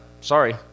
sorry